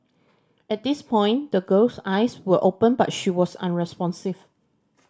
at this point the girl's eyes were open but she was unresponsive